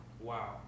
wow